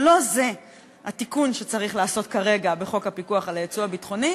שלא זה התיקון שצריך לעשות כרגע בחוק הפיקוח על יצוא ביטחוני,